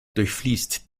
durchfließt